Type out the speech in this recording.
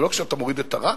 אבל לא כשאתה מוריד את הרף